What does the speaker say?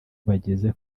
bageze